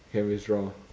can withdraw